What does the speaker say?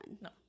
No